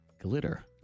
Glitter